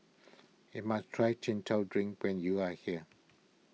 you must try Chin Chow Drink when you are here